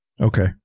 Okay